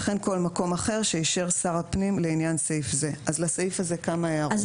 וכן כל מקום אחר שאישר שר הפנים לעניין סעיף זה." לסעיף הזה כמה הערות.